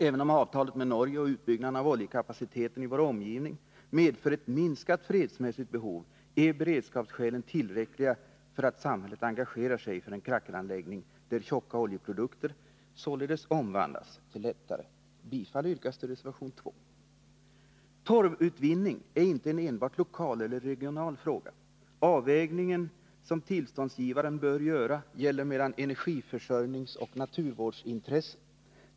Även om avtalet med Norge och utbyggnaden av oljekapaciteten i vår omgivning medför ett minskat fredsmässigt behov, är beredskapsskälen tillräckliga för att samhället skall engagera sig för en krackeranläggning, där tjocka oljeprodukter således skall omvandlas till lättare. Jag yrkar bifall till reservation 2. Torvutvinning är inte enbart en lokal eller regional fråga. Avvägningen, som tillståndsgivaren bör göra, gäller energiförsörjningsoch naturvårdsintressen.